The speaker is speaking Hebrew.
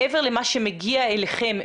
מעבר למה שמגיע אליכם,